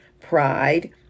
pride